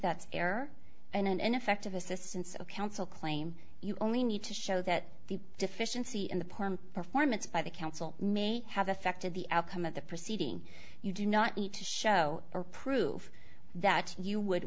fair and ineffective assistance of counsel claim you only need to show that the deficiency in the parm performance by the council may have affected the outcome of the proceeding you do not need to show or prove that you would